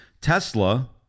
Tesla